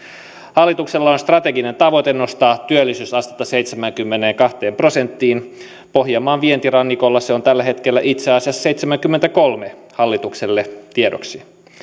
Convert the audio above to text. hallituksella on strateginen tavoite nostaa työllisyysastetta seitsemäänkymmeneenkahteen prosenttiin ja pohjanmaan vientirannikolla se on tällä hetkellä itse asiassa seitsemänkymmentäkolme hallitukselle tiedoksi